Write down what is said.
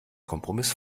kompromiss